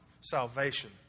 salvation